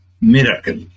miracle